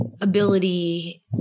ability